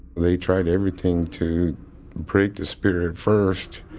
they tried everything to break the spirit first,